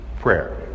prayer